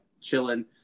chilling